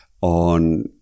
on